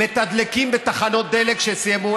מתדלקים בתחנות דלק שסיימו,